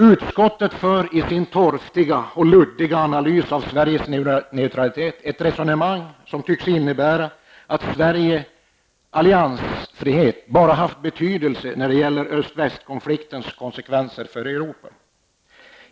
Utskottet för i sin torftiga och luddiga analys av Sveriges neutralitet ett resonemang som tycks innebära att Sveriges alliansfrihet haft betydelse bara när det gäller öst--väst-konfliktens konsekvenser för Europa.